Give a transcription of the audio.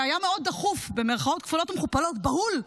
והיה מאוד דחוף, במירכאות כפולות ומכופלות, בהול,